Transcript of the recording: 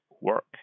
work